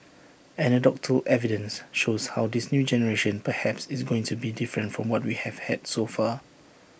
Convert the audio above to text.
anecdotal evidence shows how this new generation perhaps is going to be different from what we have had so far